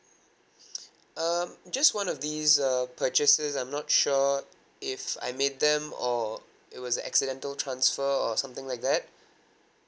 um just one of these uh purchases I'm not sure if I made them or it was a accidental transfer or something like that